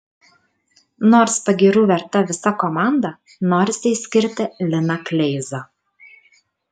nors pagyrų verta visa komanda norisi išskirti liną kleizą